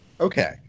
Okay